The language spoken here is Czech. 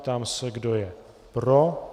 Ptám se, kdo je pro.